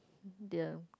dear